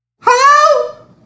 Hello